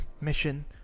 Mission